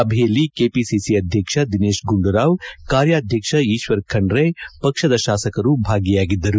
ಸಭೆಯಲ್ಲಿ ನಿಕೆಪಿಸಿಸಿ ಅಧ್ಯಕ್ಷ ದಿನೇಶ್ ಗುಂಡೂರಾವ್ಕಾರ್ಯಾಧ್ಯಕ್ಷ ಈಶ್ವರ್ ಖಂಡ್ರೆ ಪಕ್ಷದ ಶಾಸಕರು ಭಾಗಿಯಾಗಿದ್ದರು